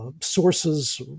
sources